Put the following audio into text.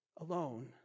alone